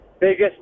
biggest